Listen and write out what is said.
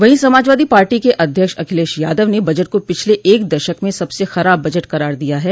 वहीं समाजवादी पार्टी के अध्यक्ष अखिलेश यादव ने बजट को पिछले एक दशक में सबसे खराब बजट करार दिया है